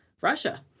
Russia